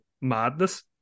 madness